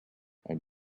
and